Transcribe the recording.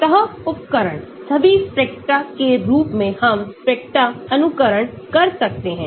सतह उपकरण सभी स्पेक्ट्रा के रूप में हम स्पेक्ट्रा अनुकरण कर सकते हैं